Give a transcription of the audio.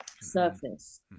surface